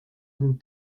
and